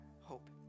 hope